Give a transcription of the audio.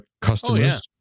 customers